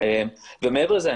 ומעבר לזה,